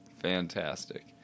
Fantastic